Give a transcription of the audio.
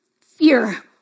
fear